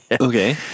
Okay